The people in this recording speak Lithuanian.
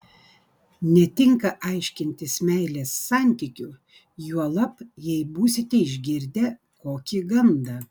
netinka aiškintis meilės santykių juolab jei būsite išgirdę kokį gandą